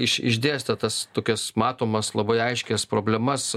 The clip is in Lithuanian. iš išdėstė tas tokias matomas labai aiškias problemas